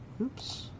oops